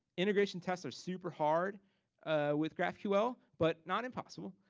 integration tests are super hard with graphql, but not impossible.